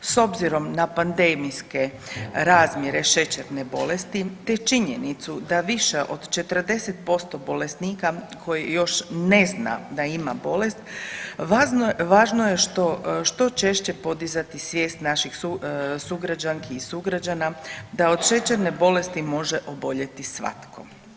S obzirom na pandemijske razmjere šećerne bolesti, te činjenicu da više od 40% bolesnika koji još ne zna da ima bolest važno je što češće podizati svijest naših sugrađanki i sugrađana, da od šećerne bolesti može oboljeti svatko.